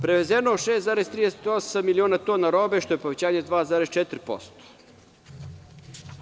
Prevezeno je 6,38 miliona tona robe, što je povećanje od 2,4%